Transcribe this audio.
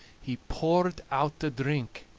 he poured out the drink,